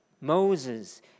Moses